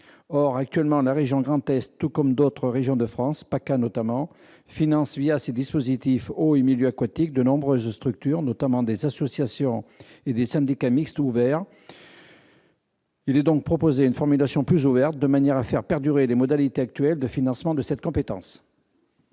Or, actuellement, la région Grand Est, tout comme d'autres régions de France- PACA, notamment -, finance ses dispositifs « Eaux et milieux aquatiques » de nombreuses structures, notamment des associations et des syndicats mixtes dits « ouverts ». Par cet amendement, il est donc proposé une formulation plus large, afin que les modalités actuelles de financement de cette compétence